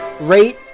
rate